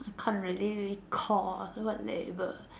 I can't really recall what label